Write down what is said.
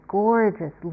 gorgeous